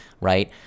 right